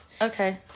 Okay